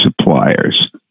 suppliers